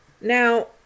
Now